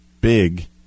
big